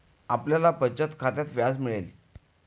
आपल्याला बचत खात्यात व्याज मिळेल